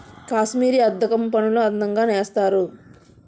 కాశ్మీరీ అద్దకం పనులు అందంగా నేస్తారు